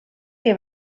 que